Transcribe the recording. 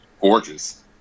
gorgeous